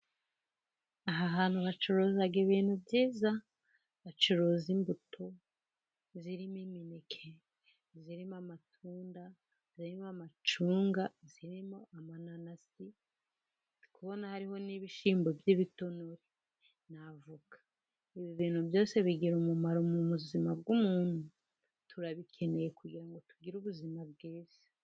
Aha hantu bacuruza ibintu byiza. Bacuruza imbuto zirimo imineke, zirimo amatunda, zirimo amacunga ,zirimo amananasi. Ndi kubona hariho n'ibishyimbo by'ibitonore na avoka. Ibi bintu byose bigira umumaro mu buzima bw'umuntu, turabikeneye kugira ngo tugire ubuzima bwiza.